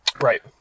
Right